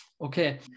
Okay